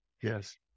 Yes